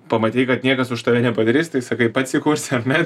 pamatei kad niekas už tave nepadarys tai sakai pats įkursi ar ne